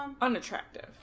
unattractive